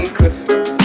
Christmas